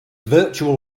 virtual